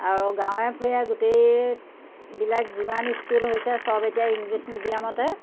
আৰু গাঁৱে ভূঞা গোটেইবিলাক যিমান ইস্কুল হৈছে চব এতিয়া ইংলিছ মিডিয়ামতে